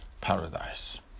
paradise